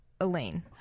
Elaine